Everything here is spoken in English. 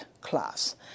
class